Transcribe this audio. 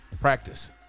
Practice